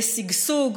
בשגשוג,